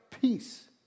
peace